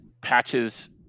Patches